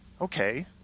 Okay